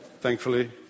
thankfully